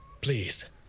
Please